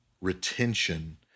retention